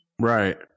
Right